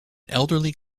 elderly